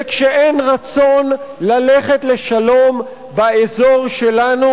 וכשאין רצון ללכת לשלום באזור שלנו,